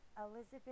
Elizabeth